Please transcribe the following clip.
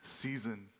season